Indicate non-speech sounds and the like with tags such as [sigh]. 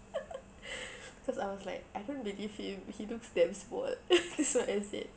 [laughs] cause I was like I don't believe him he looks damn small [laughs] that's what I said